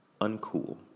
uncool